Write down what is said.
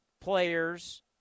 players